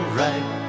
right